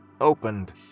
opened